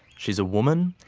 she is a woman,